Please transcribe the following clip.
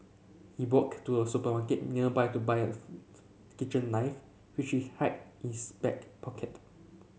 he walked to a supermarket nearby to buy a kitchen knife which he hid in his back pocket